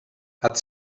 hat